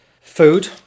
food